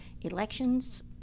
elections